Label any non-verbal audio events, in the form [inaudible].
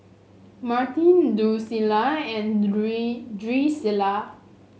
Martin Drucilla and [unintelligible] Drucilla